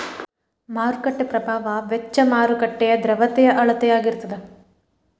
ಮಾರುಕಟ್ಟೆ ಪ್ರಭಾವ ವೆಚ್ಚ ಮಾರುಕಟ್ಟೆಯ ದ್ರವ್ಯತೆಯ ಅಳತೆಯಾಗಿರತದ